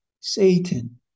Satan